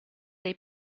dei